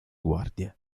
guardie